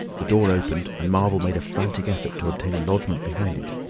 the door opened, and marvel made a frantic effort to obtain a lodgment behind it.